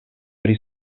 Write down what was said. pri